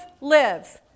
lives